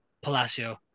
Palacio